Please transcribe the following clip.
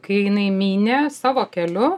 kai jinai mynė savo keliu